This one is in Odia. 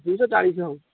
ଦୁଇଶହ ଚାଳିଶ ହଉ